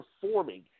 performing